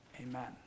Amen